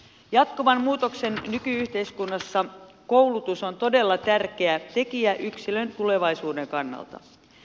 jatkuvan muutoksen nyky yhteiskunnassa koulutus on todella tärkeä tekijä yksilön tulevaisuuden kannalta